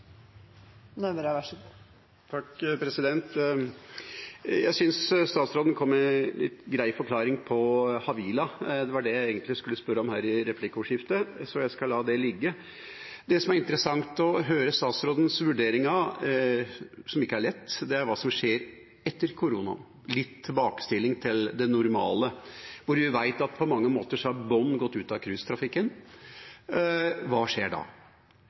statsråden kom med en grei forklaring på Havila Kystruten. Det var det jeg egentlig skulle spørre om her i replikkordskiftet, så jeg skal la det ligge. Det som det er interessant å høre statsrådens vurdering av, som ikke er lett, er hva som skjer etter koronaen, litt tilbakestilling til det normale, for vi vet at på mange måter har bunnen gått ut av cruisetrafikken. Hva skjer da? Vi har anløp nå, vi har hatt det